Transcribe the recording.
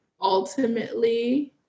ultimately